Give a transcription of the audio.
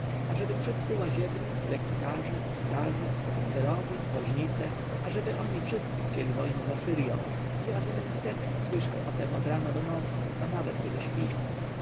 ażeby wszyscy łaziebnicy lektykarze pisarze oficerowie woźnice ażeby oni wszyscy chcieli wojny z asyrją i ażeby następca słyszał o tem od rana do nocy a nawet kiedy śpi